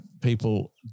people